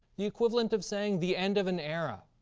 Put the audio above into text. the equivalent of saying the end of an era,